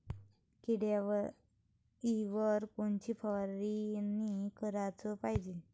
किड्याइवर कोनची फवारनी कराच पायजे?